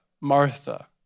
Martha